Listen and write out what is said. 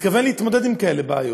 מתכוון להתמודד עם בעיות כאלה.